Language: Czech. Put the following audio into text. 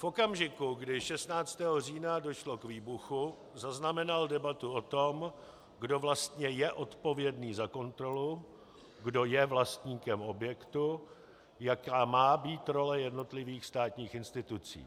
V okamžiku, kdy 16. října došlo k výbuchu, zaznamenal debatu o tom, kdo je vlastně odpovědný za kontrolu, kdo je vlastníkem objektu, jaká má být role jednotlivých státních institucí.